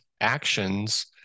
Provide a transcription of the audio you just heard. actions